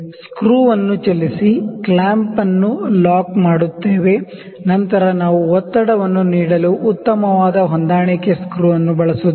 screw ವನ್ನು ಚಲಿಸಿ clamp ಅನ್ನು ಲಾಕ್ ಮಾಡುತ್ತೇವೆ ನಂತರ ನಾವು ಪ್ರೆಷರ್ವನ್ನು ನೀಡಲು ಉತ್ತಮವಾದ ಹೊಂದಾಣಿಕೆ ಸ್ಕ್ರೂ ಅನ್ನು ಬಳಸುತ್ತೇವೆ